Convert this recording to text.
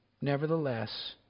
nevertheless